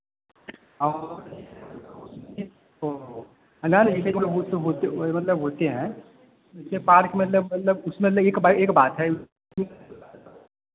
और तो है न जैसे कौनो वही मतलब होते हैं जैसे पार्क मतलब मतलब उसमें मतलब एक एक बात है